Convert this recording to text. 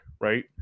right